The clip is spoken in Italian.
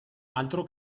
altro